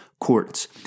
Courts